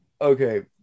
Okay